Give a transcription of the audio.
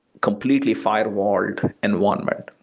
completely firewalled environment.